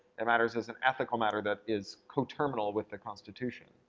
it matters as an ethical matter that is coterminal with the constitution.